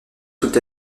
toute